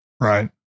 Right